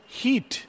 heat